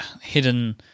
hidden